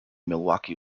milwaukee